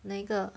哪一个